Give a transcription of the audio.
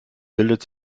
bildet